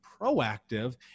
proactive